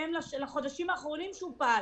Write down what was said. ובהתאם לחודשים האחרונים שבהם הוא פעל,